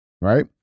Right